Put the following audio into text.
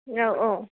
औ औ